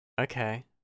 Okay